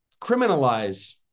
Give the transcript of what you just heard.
criminalize